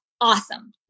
awesome